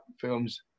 films